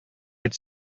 бит